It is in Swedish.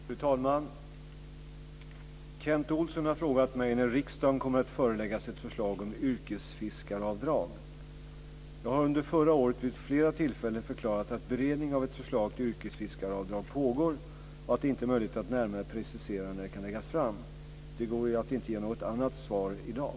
Fru talman! Kent Olsson har frågat mig när riksdagen kommer att föreläggas ett förslag om yrkesfiskaravdrag. Jag har under förra året vid flera tillfällen förklarat att beredning av ett förslag till yrkesfiskaravdrag pågår och att det inte är möjligt att närmare precisera när det kan läggas fram. Det går inte att ge något annat svar i dag.